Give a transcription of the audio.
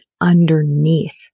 underneath